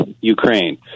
Ukraine